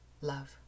Love